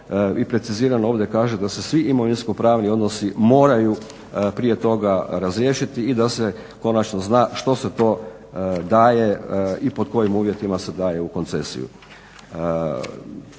i precizirano ovdje kaže da se svi imovinsko-pravni odnosi moraju prije toga razriješiti i da se konačno zna što se to daje i pod kojim uvjetima se daje u koncesiju.